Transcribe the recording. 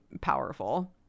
powerful